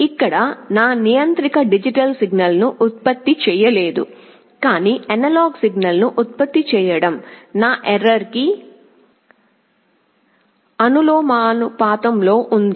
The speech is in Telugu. ఇక్కడ నా నియంత్రిక డిజిటల్ సిగ్నల్ను ఉత్పత్తి చేయలేదు కానీ అనలాగ్ సిగ్నల్ను ఉత్పత్తి చేయడం నా ఎర్రర్ కి అనులోమానుపాతంలో ఉంది